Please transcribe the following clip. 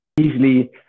easily